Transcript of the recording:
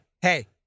Hey